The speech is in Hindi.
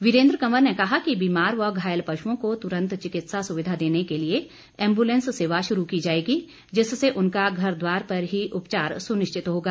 वीरेंद्र कंवर ने कहा कि बीमार व घायल पशुओं को तुरंत चिकित्सा सुविधा देने के लिए एम्बुलेंस सेवा शुरू की जाएगी जिससे उनका घर द्वार पर ही उपचार सुनिश्चि होगा